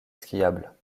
skiable